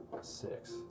Six